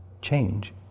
change